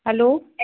hello